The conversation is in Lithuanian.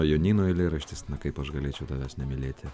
jonyno eilėraštis na kaip aš galėčiau tavęs nemylėti